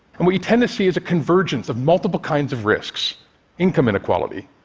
and what we tend to see is a convergence of multiple kinds of risks income inequality,